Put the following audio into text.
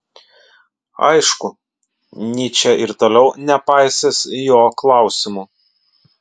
aišku nyčė ir toliau nepaisys jo klausimų